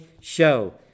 show